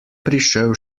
prišel